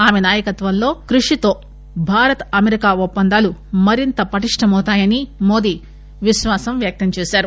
ఆమె నాయకత్వంలో కృషితో భారత అమెరికా ఒప్పందాలు మరింత పటిష్టమౌతాయని మోదీ విశ్వాసం వ్యక్తంచేశారు